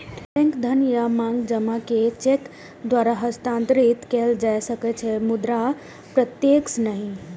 bank धन या मांग जमा कें चेक द्वारा हस्तांतरित कैल जा सकै छै, मुदा प्रत्यक्ष नहि